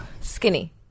Skinny